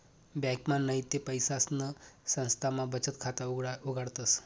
ब्यांकमा नैते पैसासना संस्थामा बचत खाता उघाडतस